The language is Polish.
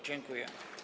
Dziękuję.